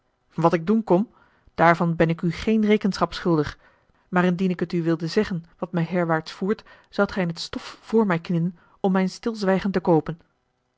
wat ik doen kom daarvan ben ik u geene rekenschap schuldig maar indien ik het u wilde zeggen wat mij herwaarts voert zoudt gij in t stof voor mij knielen om mijn stilzwijgen te koopen